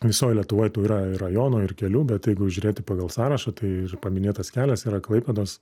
visoj lietuvoj tų yra ir rajonų ir kelių bet jeigu žiūrėti pagal sąrašą tai ir paminėtas kelias yra klaipėdos